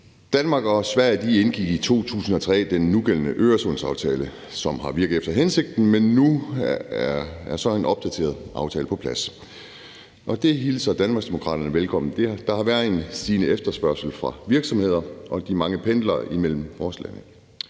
Danmark og Sverige indgik i 2003 den nugældende Øresundsaftale, som har virket efter hensigten. Men nu er en opdateret aftale så på plads, og det hilser Danmarksdemokraterne velkommen. Der har været en stigende efterspørgsel fra virksomhedernes side og fra de mange pendlere, der er mellem vores lande.